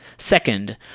Second